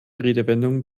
redewendungen